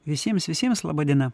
visiems visiems laba diena